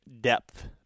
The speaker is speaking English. depth